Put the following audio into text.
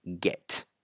get